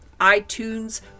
iTunes